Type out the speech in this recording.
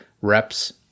reps